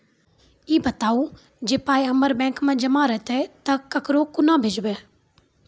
ई बताऊ जे पाय हमर बैंक मे जमा रहतै तऽ ककरो कूना भेजबै?